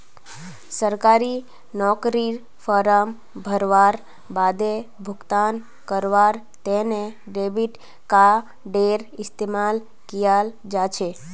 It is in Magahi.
सरकारी नौकरीर फॉर्म भरवार बादे भुगतान करवार तने डेबिट कार्डडेर इस्तेमाल कियाल जा छ